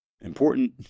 Important